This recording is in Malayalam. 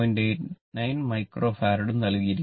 89 മൈക്രോ ഫാരഡും നൽകിയിരിക്കുന്നു